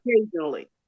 occasionally